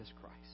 Christ